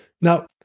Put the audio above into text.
Now